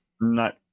No